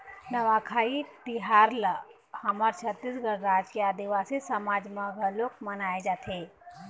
नवाखाई तिहार ल हमर छत्तीसगढ़ राज के आदिवासी समाज म घलोक मनाए जाथे